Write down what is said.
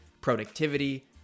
productivity